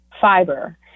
fiber